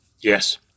Yes